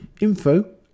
info